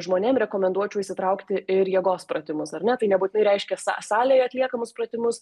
žmonėm rekomenduočiau įsitraukti ir jėgos pratimus ar ne tai nebūtinai reiškia sa salėje atliekamus pratimus